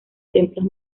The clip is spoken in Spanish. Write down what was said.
templos